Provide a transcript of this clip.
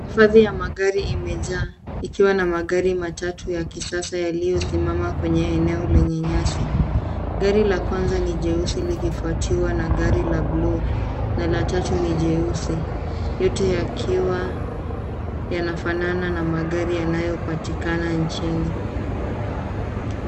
Hifadhi ya magari imejaa ikiwa na magari matatu ya kisasa yaliyosimama kwenye eneo lenye nyasi. Gari la kwanza ni jeusi likifuatiwa na gari la bluu na la tatu ni jeusi, yote yakiwa yanafanana na magari yanayopatikana nchini.